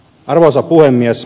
arvoisa puhemies